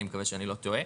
אני מקווה שאני לא טועה.